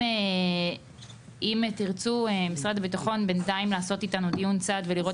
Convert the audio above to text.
אם תרצו בינתיים לעשות איתנו דיון צד ולראות